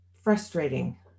frustrating